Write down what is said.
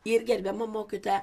ir gerbiama mokytoja